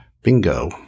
bingo